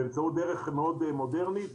באמצעות דרך מאוד מודרנית,